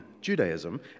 Judaism